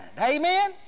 Amen